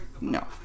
No